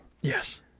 Yes